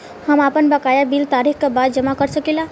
हम आपन बकाया बिल तारीख क बाद जमा कर सकेला?